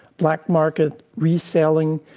black market, reselling.